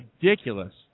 Ridiculous